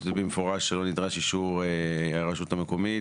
במפורש שלא נדרש אישור הרשות המקומית,